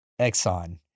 Exxon